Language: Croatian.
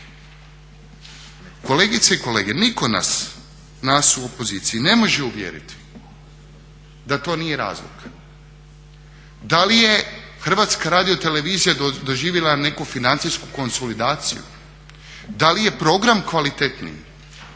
Kolegice i kolege, nitko nas, nas u opoziciji ne može uvjeriti da to nije razlog. Da li je HRT doživjela neku financijsku konsolidaciju? Da li je program kvalitetniji?